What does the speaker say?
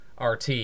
RT